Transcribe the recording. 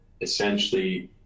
essentially